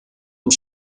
und